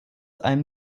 einem